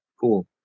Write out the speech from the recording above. cool